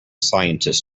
scientists